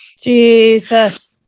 Jesus